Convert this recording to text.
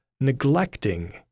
neglecting